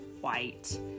white